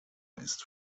ist